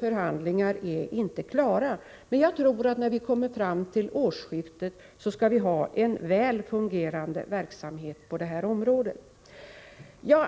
förhandlingar är ännu inte klara, men jag tror att vi vid årsskiftet har en väl fungerande verksamhet på detta område.